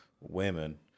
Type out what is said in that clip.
women